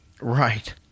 Right